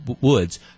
woods